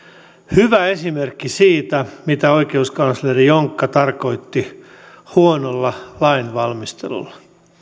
hyvä esimerkki siitä mitä oikeuskansleri jonkka tarkoitti huonolla lainvalmistelulla